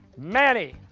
manny,